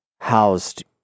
housed